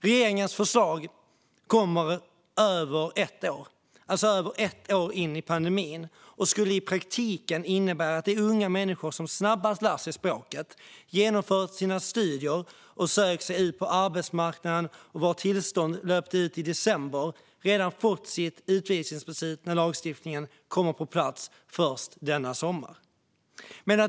Regeringens förslag, som kommer över ett år in i pandemin, skulle i praktiken innebära att de unga människor som snabbast lärt sig språket, genomfört sina studier och sökt sig ut på arbetsmarknaden och vars tillstånd löpte ut i december redan har fått utvisningsbeslut när lagstiftningen kommer på plats, vilket sker först denna sommar.